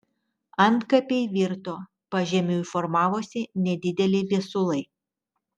antkapiai virto pažemiui formavosi nedideli viesulai